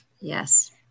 Yes